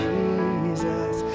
Jesus